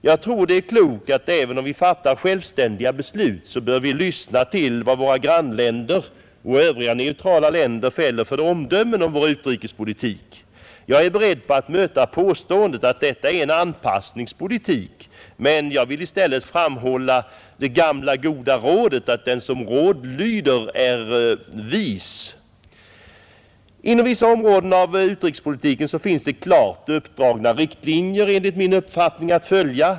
Jag tror det är klokt att, även om vi fattar självständiga beslut, lyssna till vad våra grannländer och övriga neutrala länder fäller för omdömen om vår utrikespolitik. Jag är beredd att möta påståendet att detta är en anpassningspolitik, men jag vill då erinra om det gamla goda ordet att den som råd lyder är vis. Inom vissa områden av utrikespolitiken finns klart uppdragna riktlinjer att följa.